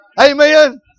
Amen